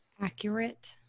Accurate